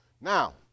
now